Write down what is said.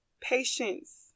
Patience